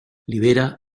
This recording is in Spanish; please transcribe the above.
libera